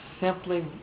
simply